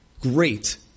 great